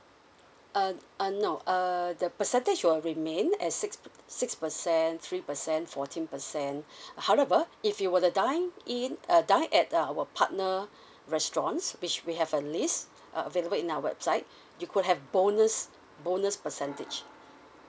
uh uh no uh the percentage will remain as six six percent three percent fourteen percent however if you were to dine in uh dine at uh our partner restaurants which we have a list uh available in our website you could have bonus bonus percentage